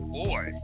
boy